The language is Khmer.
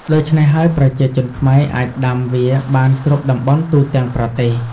ដូច្នេះហើយ ប្រជាជនខ្មែរអាចដាំវាបានគ្រប់តំបន់ទូទាំងប្រទេស។